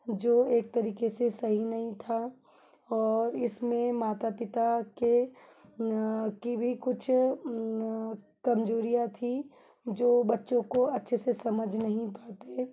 जो एक तरीके से सही नहीं था और इसमें माता पिता के की भी कुछ कमजोरियाँ थी जो बच्चों को अच्छे से समझ नहीं पाते